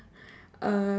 uh